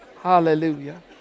Hallelujah